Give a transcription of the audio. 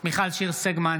בהצבעה מיכל שיר סגמן,